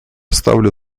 ставлю